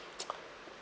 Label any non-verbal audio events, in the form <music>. <noise>